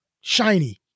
shiny